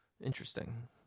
Interesting